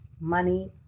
money